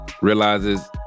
realizes